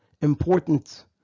important